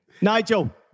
Nigel